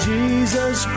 Jesus